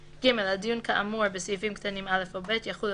(ג)על דיון כאמור בסעיפים קטנים (א) או (ב) יחולו